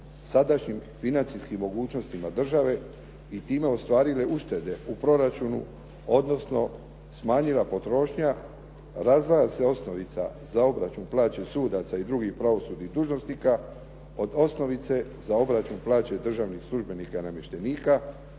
sadašnjim financijskim mogućnostima države i time ostvarile uštede u proračunu odnosno smanjila potrošnja, razdvaja se osnovica za obračun plaće sudaca i drugih pravosudnih dužnosnika od osnovice za obračun plaće državnih službenika i namještenika